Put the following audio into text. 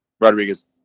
Rodriguez